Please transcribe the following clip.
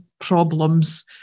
problems